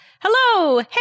Hello